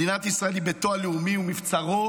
מדינת ישראל היא ביתו הלאומי ומבצרו